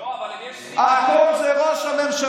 לא, אבל יש, הכול זה ראש הממשלה.